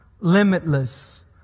limitless